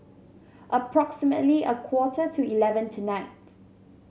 approximately a quarter to eleven tonight